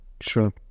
Sure